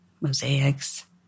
mosaics